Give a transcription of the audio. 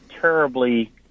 terribly